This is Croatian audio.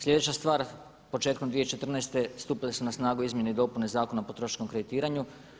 Sljedeća stvar, početkom 2014. stupile su na snagu izmjene i dopune Zakona o potrošačkom kreditiranju.